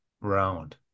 round